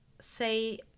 say